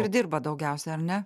ir dirbat daugiausia ar ne